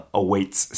awaits